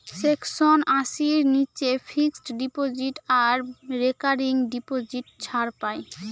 section আশির নীচে fixed deposit আর রেকারিং ডিপোজিট ছাড় পাই